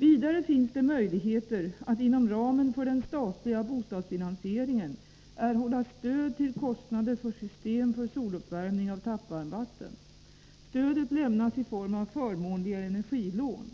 Vidare finns det möjligheter att inom ramen för den statliga bostadsfinansieringen erhålla stöd till kostnader för system för soluppvärmning av tappvarmvatten. Stödet lämnas i form av förmånliga energilån.